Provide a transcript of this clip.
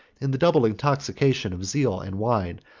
in the double intoxication of zeal and wine,